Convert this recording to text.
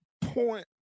point